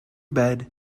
bed